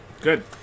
Good